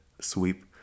sweep